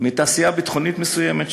בתעשייה ביטחונית מסוימת,